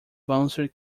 bouncer